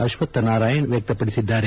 ಅಶ್ವತ್ತ್ ನಾರಾಯಣ ವ್ಯಕ್ತಪದಿಸಿದ್ದಾರೆ